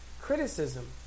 criticism